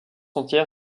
entière